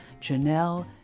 Janelle